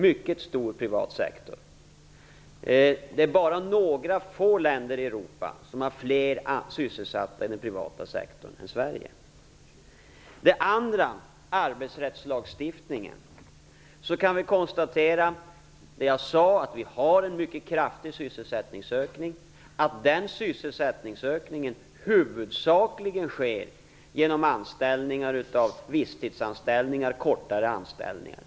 Det är bara några få länder i Europa som har fler sysselsatta i den privata sektorn än vad Sverige har. För det tredje gällde det arbetsrättslagstiftningen. Jag sade att vi har en mycket kraftig sysselsättningsökning. Den sysselsättningsökningen sker huvudsakligen genom flera viss tids-anställningar och kortare anställningar.